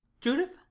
judith